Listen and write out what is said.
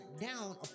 down